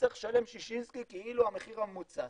צריך לשלם ששינסקי כאילו המחיר הממוצע,